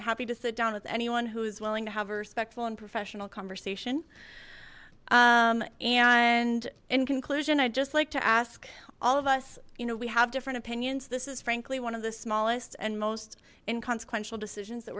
happy to sit down with anyone who is willing to have a respectful and professional conversation and in conclusion i'd just like to ask all of us you know we have different opinions this is frankly one of the smallest and most inconsequential decisions that